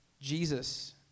Jesus